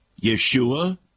Yeshua